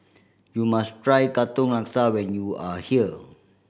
you must try Katong Laksa when you are here